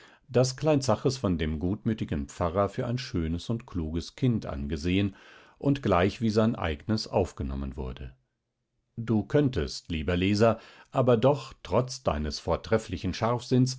daß klein zaches von dem gutmütigen pfarrer für ein schönes und kluges kind angesehen und gleich wie sein eignes aufgenommen wurde du könntest lieber leser aber doch trotz deines vortrefflichen